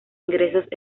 ingresos